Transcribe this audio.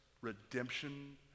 redemption